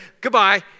goodbye